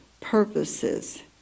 purposes